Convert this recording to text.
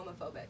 homophobic